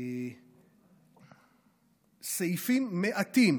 סעיפים מעטים